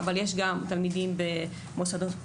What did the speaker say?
אך יש גם תלמידים במוסדות פטור,